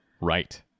Right